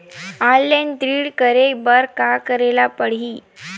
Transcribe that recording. Online ऋण करे बर का करे ल पड़हि?